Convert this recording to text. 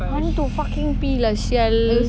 I want to fucking pee lah [sial]